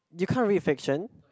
you can't read fiction